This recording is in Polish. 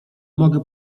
mogę